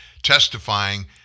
Testifying